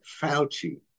Fauci